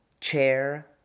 chair